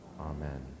Amen